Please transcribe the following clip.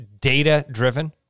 data-driven